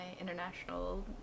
international